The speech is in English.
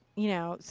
you know, so